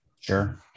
Sure